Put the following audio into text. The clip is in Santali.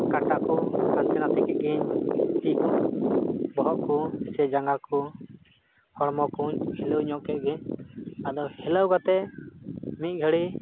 ᱠᱟᱴᱟ ᱠᱚ ᱦᱟᱱᱛᱮ ᱱᱟᱛᱮ ᱠᱮᱫᱜᱤᱧ ᱵᱚᱦᱚᱜ ᱠᱚ ᱥᱮ ᱡᱟᱸᱜᱟ ᱠᱚ ᱦᱚᱲᱢᱚ ᱠᱚᱦᱚᱸᱧ ᱦᱤᱞᱟᱹᱣ ᱧᱚᱜ ᱠᱮᱫᱜᱮ ᱟᱫᱚ ᱦᱤᱞᱟᱹᱣ ᱠᱟᱛᱮᱫ ᱢᱤᱫ ᱜᱷᱟᱹᱲᱤᱡ